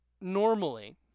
normally